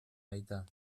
weiter